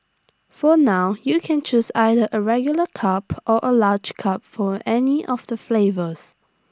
for now you can choose either A regular cup or A large cup for any of the flavours